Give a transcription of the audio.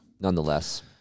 nonetheless